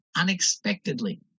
unexpectedly